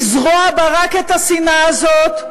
לזרוע בה רק את השנאה הזאת,